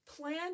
plan